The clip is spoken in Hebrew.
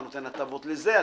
אתה נותן הטבות לזה,